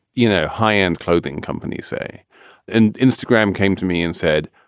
you know, high end clothing companies say and instagram came to me and said,